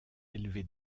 élevé